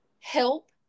help